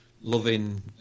loving